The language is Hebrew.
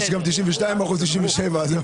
יש גם 92% ו-97%.